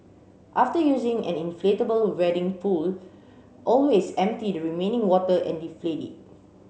after using an inflatable wading pool always empty the remaining water and deflate it